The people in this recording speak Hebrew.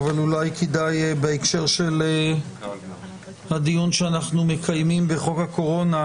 אבל אולי כדאי בהקשר של הדיון שאנחנו מקיימים בחוק הקורונה